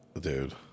dude